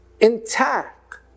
intact